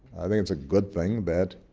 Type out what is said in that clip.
think it's a good thing that